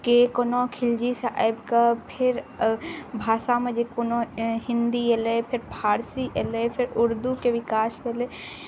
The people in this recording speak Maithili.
कि कोना खिलजीसब आबिकऽ फेर भाषामे जे कोना हिन्दी अएलै फेर फारसी अएलै फेर उर्दूके विकास भेलै